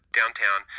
downtown